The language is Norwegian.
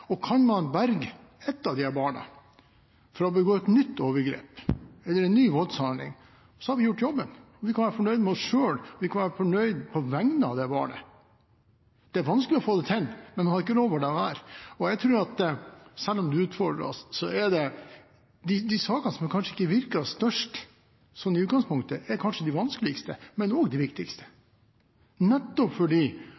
fornuftig. Kan man berge ett av disse barna fra å begå et nytt overgrep eller en ny voldshandling, har vi gjort jobben, og vi kan være fornøyde med oss selv, vi kan være fornøyde på vegne av det barnet. Det er vanskelig å få det til, men vi har ikke lov å la være. Jeg tror at selv om det utfordrer oss, er det de sakene som kanskje ikke virker størst i utgangspunktet, som kanskje er de vanskeligste, men også de viktigste,